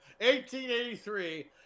1883